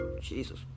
Jesus